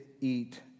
eat